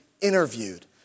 interviewed